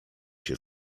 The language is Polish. się